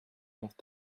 have